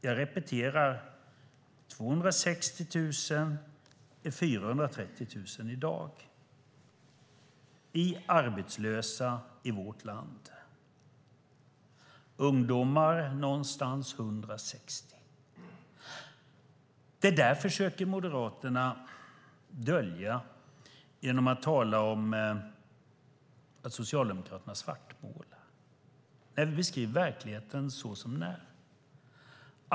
Jag repeterar: 260 000 har blivit 430 000 arbetslösa i dag i vårt land. Ungefär 160 000 är ungdomar. Det försöker Moderaterna dölja genom att säga att vi socialdemokrater svartmålar när vi beskriver verkligheten så som den är.